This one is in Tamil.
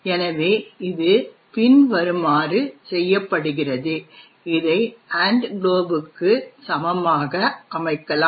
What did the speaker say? எனவே இது பின்வருமாறு செய்யப்படுகிறது இதை glob க்கு சமமாக அமைக்கலாம்